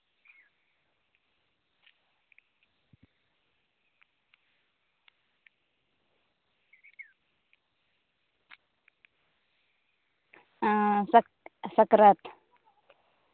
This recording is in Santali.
ᱥᱟᱠ ᱥᱟᱠᱨᱟᱛ